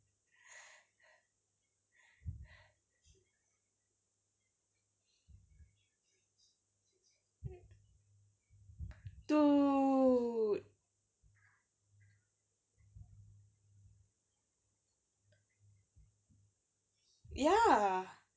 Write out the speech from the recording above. dude ya